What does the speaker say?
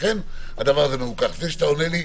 בבקשה.